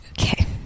Okay